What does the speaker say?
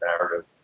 narrative